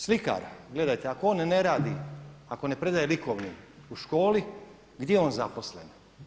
Slikara, gledajte ako on ne radi ako ne predaje likovni u školi, gdje je on zaposlen?